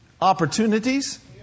opportunities